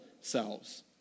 selves